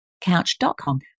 couch.com